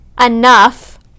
...enough